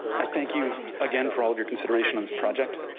i thank you again, for all your consideration on this project.